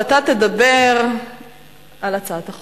ואתה תדבר על הצעת החוק.